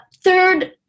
Third